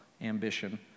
ambition